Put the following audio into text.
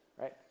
right